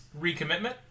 recommitment